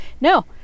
No